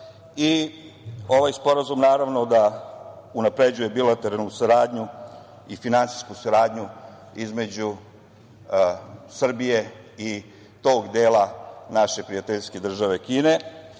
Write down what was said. Ovaj sporazum naravno da unapređuje bilateralnu i finansijsku saradnju između Srbije i tog dela naše prijateljske države Kine. Ono